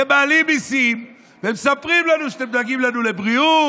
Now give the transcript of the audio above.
אתם מעלים מיסים ומספרים לנו שאתם דואגים לנו לבריאות,